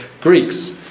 Greeks